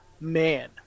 man